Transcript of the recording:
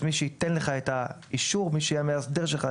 מי שתהיה המאסדרת שלך,